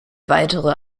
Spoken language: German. weitere